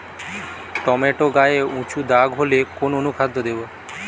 Tomato গায়ে উচু দাগ হলে কোন অনুখাদ্য দেবো?